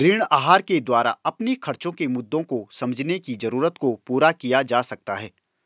ऋण आहार के द्वारा अपने खर्चो के मुद्दों को समझने की जरूरत को पूरा किया जा सकता है